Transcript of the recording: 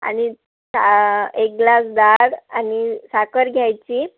आणि एक ग्लास डाळ आणि साखर घ्यायची